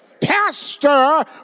Pastor